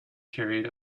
period